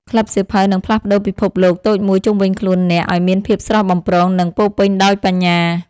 ក្លឹបសៀវភៅនឹងផ្លាស់ប្តូរពិភពលោកតូចមួយជុំវិញខ្លួនអ្នកឱ្យមានភាពស្រស់បំព្រង និងពោរពេញដោយបញ្ញា។